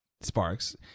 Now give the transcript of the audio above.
sparks